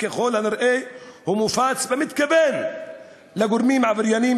וככל הנראה הוא מופץ במתכוון לגורמים עברייניים,